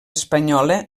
espanyola